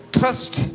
trust